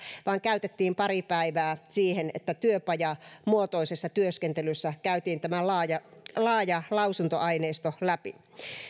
vaan käytettiin pari päivää siihen että työpajamuotoisessa työskentelyssä käytiin tämä laaja laaja lausuntoaineisto läpi